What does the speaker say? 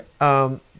okay